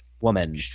woman